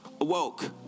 awoke